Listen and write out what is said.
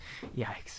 Yikes